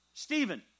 Stephen